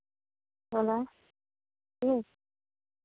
बोलह की